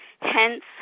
hence